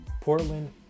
Portland